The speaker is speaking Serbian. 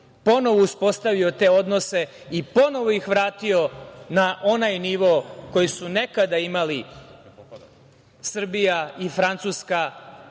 ponovo uspostavio te odnose i ponovo ih vratio na onaj nivo koji su nekada imali Srbija i Francuska